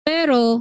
Pero